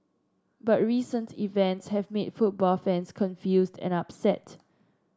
but recent events have made football fans confused and upset